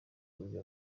uyu